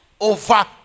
over